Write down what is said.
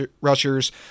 rushers